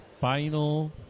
final